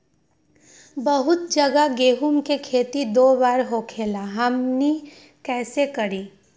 बहुत जगह गेंहू के खेती दो बार होखेला हमनी कैसे करी?